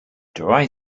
dry